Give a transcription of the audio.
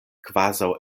kvazaŭ